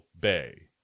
Bay